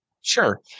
Sure